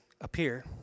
appear